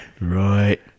right